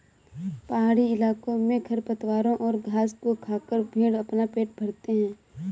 पहाड़ी इलाकों में खरपतवारों और घास को खाकर भेंड़ अपना पेट भरते हैं